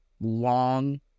long